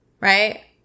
right